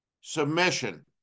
Submission